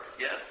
Yes